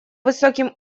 высоким